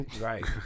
Right